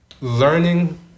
learning